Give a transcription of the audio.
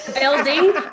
building